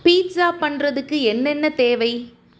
pizza பண்ணுறதுக்கு என்னென்ன தேவை